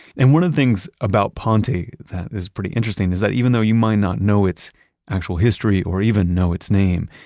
and one of the things about ponte that is pretty interesting is that even though you might not know its actual history or even know its name,